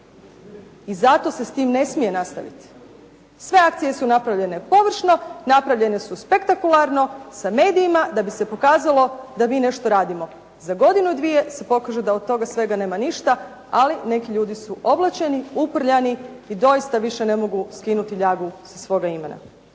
I zato se s tim ne smije nastaviti. Sve akcije su napravljene površno, napravljene su spektakularno sa medijima da bi se pokazalo da mi nešto radimo. Za godinu, dvije se pokaže da od toga svega nema ništa, ali neki ljudi su oblaćeni, uprljani i doista više ne mogu skinuti ljagu sa svoga imena.